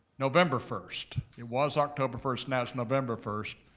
november first. it was october first, now it's november first.